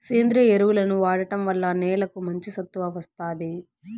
సేంద్రీయ ఎరువులను వాడటం వల్ల నేలకు మంచి సత్తువ వస్తాది